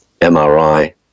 MRI